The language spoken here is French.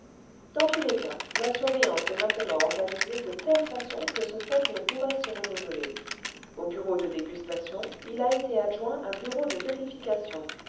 dans tous les cas la surveillance est maintenant organisée de telle façon que ce fait ne pourrait se renouveler au bureau de dégustation il a été adjoint un bureau de vérification